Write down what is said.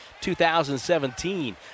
2017